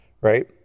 right